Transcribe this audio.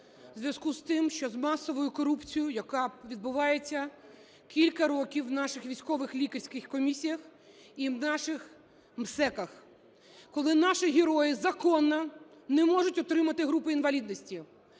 у зв'язку з тим, що з масовою корупцією, яка відбувається кілька років в наших військових лікарських комісіях і в наших МСЕКах, коли наші герої законно не можуть отримати групи інвалідності.